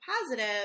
positive